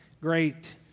great